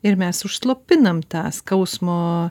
ir mes užslopinam tą skausmo